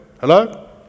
Hello